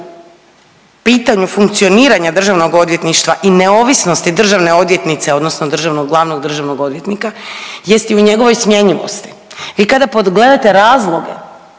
pitanju funkcioniranja državnog odvjetništva i neovisnosti državne odvjetnice odnosno državnog glavnog državnog odvjetnika jest i u njegovoj smjenjivosti. Vi kada pogledate razloge